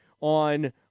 on